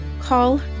call